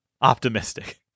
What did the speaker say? optimistic